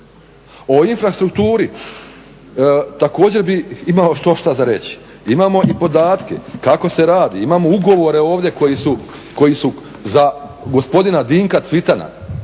O infrastrukturi također bih imao štošta za reći. Imamo i podatke kako se radi, imamo ugovore ovdje koji su za gospodina Dinka Cvitana.